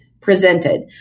presented